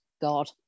God